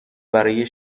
برای